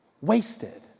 wasted